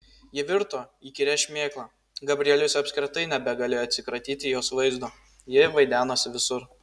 ji virto įkyria šmėkla gabrielius apskritai nebegalėjo atsikratyti jos vaizdo ji vaidenosi visur